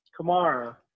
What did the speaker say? Kamara